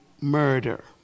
murder